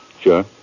Sure